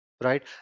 right